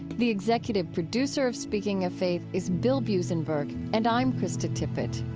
the executive producer of speaking of faith is bill buzenberg, and i'm krista tippett